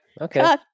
Okay